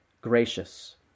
gracious